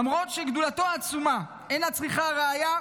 למרות שגדולתו העצומה אינה צריכה ראיה,